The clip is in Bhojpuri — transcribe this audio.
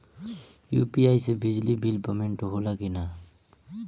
यू.पी.आई से बिजली बिल पमेन्ट होला कि न?